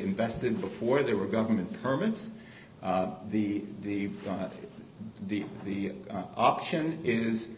invested before they were government permits the the the the option is